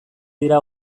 dira